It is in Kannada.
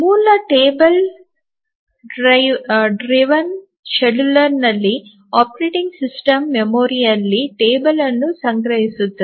ಮೂಲ ಟೇಬಲ್ ಚಾಲಿತ ವೇಳಾಪಟ್ಟಿಯಲ್ಲಿ ಆಪರೇಟಿಂಗ್ ಸಿಸ್ಟಮ್ ಮೆಮೊರಿಯಲ್ಲಿ ಟೇಬಲ್ ಅನ್ನು ಸಂಗ್ರಹಿಸುತ್ತದೆ